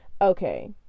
Okay